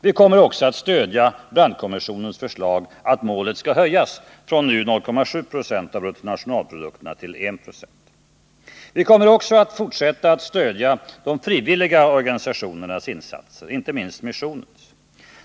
Vi kommer också att stödja Brandtkommissionens förslag att målet skall höjas från nu 0,7 26 av bruttonationalprodukterna till 1 96. Vi kommer också att fortsätta att stödja de frivilliga organisationernas insatser, inte minst missionens.